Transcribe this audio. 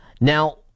Now